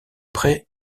pré